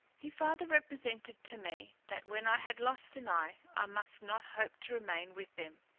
he farther represented to me, that when i had lost an eye i must not hope to remain with them,